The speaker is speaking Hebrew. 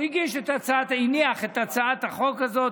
הוא הניח את הצעת החוק הזאת,